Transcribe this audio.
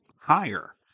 higher